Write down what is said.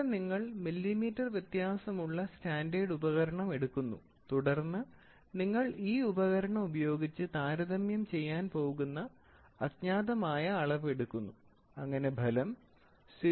ഇവിടെ നിങ്ങൾ മില്ലിമീറ്റർ വ്യത്യാസമുള്ള സ്റ്റാൻഡേർഡ് ഉപകരണം എടുക്കുന്നു തുടർന്ന് നിങ്ങൾ ഈ ഉപകരണം ഉപയോഗിച്ചു താരതമ്യം ചെയ്യാൻ പോകുന്ന അജ്ഞാതമായ അളവ് എടുക്കുന്നു അങ്ങനെ ഫലം 0